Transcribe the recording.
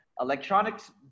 electronics